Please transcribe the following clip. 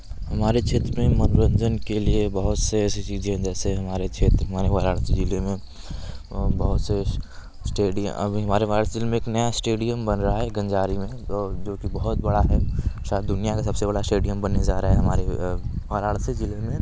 हमारे क्षेत्र में मनोरंजन के लिए बहुत से ऐसी चीज़ें हैं जैसे हमारे क्षेत्र हमारे वाराणसी ज़िले में बहुत से स्टेडिय अभी हमारे वाराणसी में एक नया स्टेडियम बन रहा है गंजारी में जो जोकि बहुत बड़ा है सारी दुनिया का सबसे बड़ा स्टेडियम बनने जा रहा है हमारे वाराणसी ज़िले में